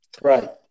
right